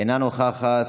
אינה נוכחת,